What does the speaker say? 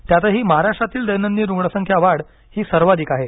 त्यातही महाराष्ट्रातील दैनंदिन रुग्णसंख्या वाढ ही सर्वाधिक आहे